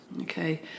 Okay